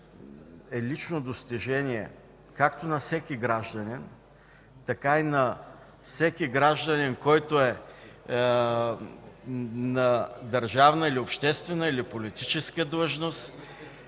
е лично достижение както на всеки гражданин, така и на всеки гражданин, който е на държавна, обществена или политическа длъжност,